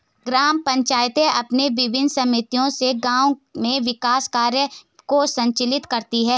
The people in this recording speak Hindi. ग्राम पंचायतें अपनी विभिन्न समितियों से गाँव में विकास कार्यों को संचालित करती हैं